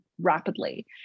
rapidly